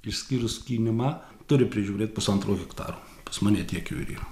išskyrus skynimą turi prižiūrėt pusantro hektaro pas mane tiek jų ir yra